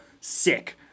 sick